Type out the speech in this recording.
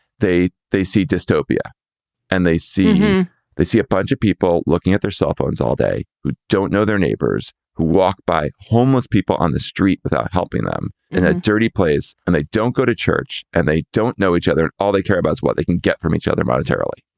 they they see dystopia and they see they see a bunch of people looking at their cell phones all day who don't know their neighbors, who walk by homeless people on the street without helping them in a dirty place. and they don't go to church and they don't know each other. all they care about what they can get from each other monetarily.